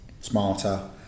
smarter